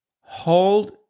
hold